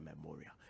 memorial